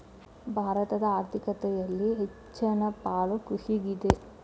ಭಾರತದ ಆರ್ಥಿಕತೆಯಲ್ಲಿ ಹೆಚ್ಚನ ಪಾಲು ಕೃಷಿಗಿದೆ